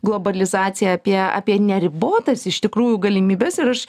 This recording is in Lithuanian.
globalizaciją apie apie neribotas iš tikrųjų galimybes ir aš